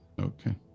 Okay